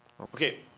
Okay